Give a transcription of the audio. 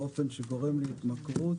באופן שגורם להתמכרות,